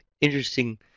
interesting